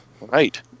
Right